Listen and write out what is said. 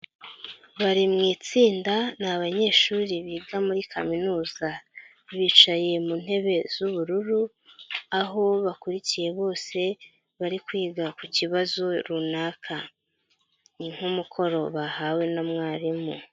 Bari mu itsinda ni abanyeshuri biga muri kaminuza bicaye mu ntebe z'ubururu, aho bakurikiye bose bari kwiga ku kibazo runaka ni nk'umukoro bahawe na mwarimu.